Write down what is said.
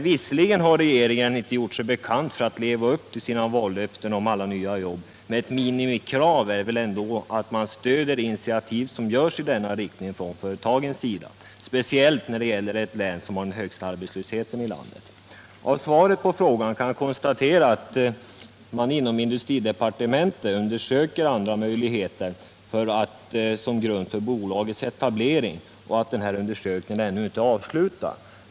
Visserligen har regeringen inte gjort sig känd för att leva upp till alla vallöften om nya jobb, men ett minimikrav är väl ändå att man stöder de initiativ som tas i denna riktning från företagens sida, speciellt när det gäller ett län som har den högsta arbetslösheten i landet. Av svaret på frågan framgår att man undersöker andra möjligheter som grund för bolagets etablering och att denna undersökning ännu inte är avslutad.